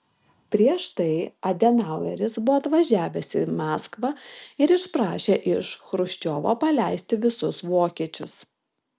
prieš tai adenaueris buvo atvažiavęs į maskvą ir išprašė iš chruščiovo paleisti visus vokiečius